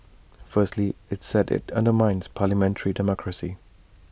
firstly IT said IT undermines parliamentary democracy